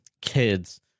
kids